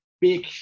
big